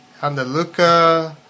Andaluca